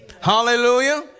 Hallelujah